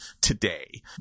today